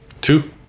Two